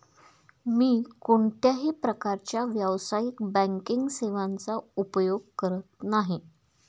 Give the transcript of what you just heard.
मी कोणत्याही प्रकारच्या व्यावसायिक बँकिंग सेवांचा उपयोग करत नाही